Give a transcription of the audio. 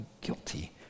guilty